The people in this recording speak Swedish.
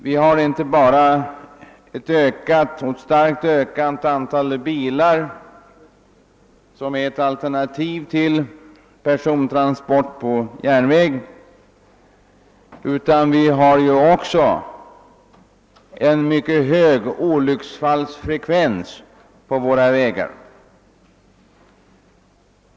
Vi har inte bara ett kraftigt ökat antal bilar, vilka utgör ett alternativ till persontransport på järnväg, utan vi har också en mycket hög olycksfalisfrekvens på våra vägar.